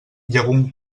llegum